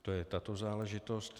To je tato záležitost.